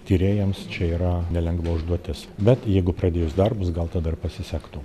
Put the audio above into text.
tyrėjams čia yra nelengva užduotis bet jeigu pradėjus darbus gal tada ir pasisektų